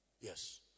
Yes